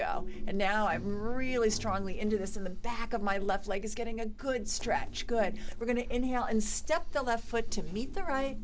go and now i'm really strongly into this in the back of my left leg is getting a good stretch good we're going to inhale and step the left foot to meet the right